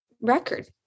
record